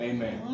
Amen